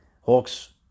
Hawks